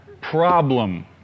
problem